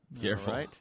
Careful